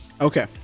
okay